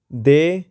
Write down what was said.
ਦੇ